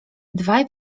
dwaj